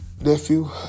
Nephew